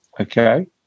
Okay